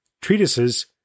Treatises